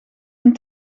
een